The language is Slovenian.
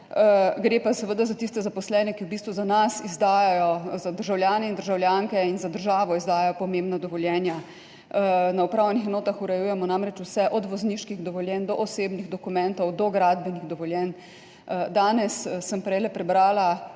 Gre pa seveda za tiste zaposlene, ki v bistvu za nas, za državljane in državljanke in za državo, izdajajo pomembna dovoljenja. Na upravnih enotah urejujemo namreč vse od vozniških dovoljenj do osebnih dokumentov do gradbenih dovoljenj. Danes sem prej prebrala